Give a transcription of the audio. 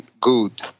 good